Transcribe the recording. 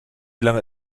lange